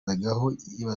ahangayikishijwe